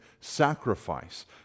sacrifice